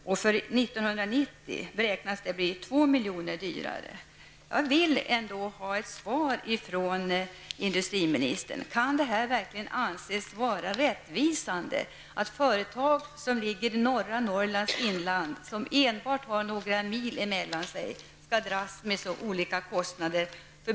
För 1991 beräknas kostnaderna bli 2 Jag vill ha ett svar från industriministern: Kan det verkligen anses vara rättvist att företag som ligger i norra Norrlands inland, med enbart några mil mellan sig, skall dras med så olika kostnader?